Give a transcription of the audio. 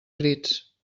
crits